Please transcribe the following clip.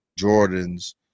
Jordans